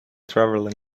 traveling